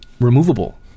removable